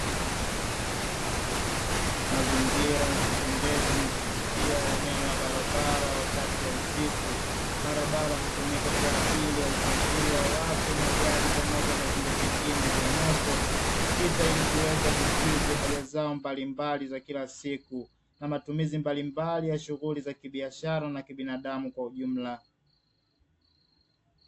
Mazingira ya kupendeza na kuvutia, eneo la barabara wakati wa usiku. Barabara hutumika kwa ajili ya usafiri wa watu, magari, pamoja na vyombo vingine vya moto kupita ili kuweza kukidhi haja zao mbalimbali za kila siku, na matumizi mbalimbali ya shughuli za kibiashara na kibinadamu kwa ujumla.